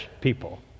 people